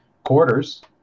quarters